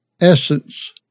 essence